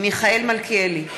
מיכאל מלכיאלי,